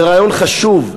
זה רעיון חשוב,